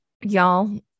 y'all